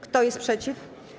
Kto jest przeciw?